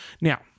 Now